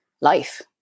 life